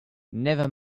never